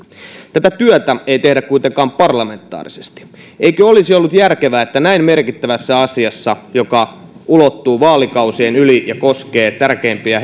tätä työtä ei tehdä kuitenkaan parlamentaarisesti eikö olisi ollut järkevää että näin merkittävässä asiassa joka ulottuu vaalikausien yli ja koskee tärkeimpiä